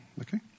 Okay